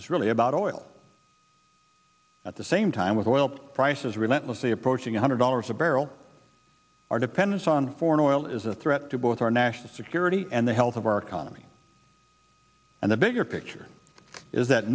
is really about oil at the same time with oil prices relentlessly approaching one hundred dollars a barrel our dependence on foreign oil is a threat to both our national security and the health of our economy and the bigger picture is that